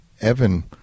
Evan